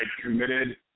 committed